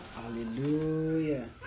Hallelujah